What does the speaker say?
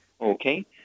Okay